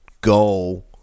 go